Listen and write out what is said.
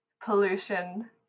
pollution